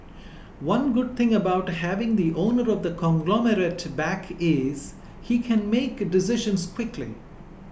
one good thing about having the owner of the conglomerate back is he can make decisions quickly